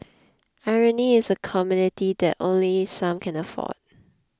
irony is a commodity that only some can afford